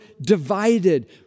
divided